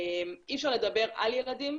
אי אפשר לדבר על ילדים,